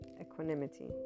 equanimity